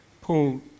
Paul